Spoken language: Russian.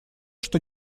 что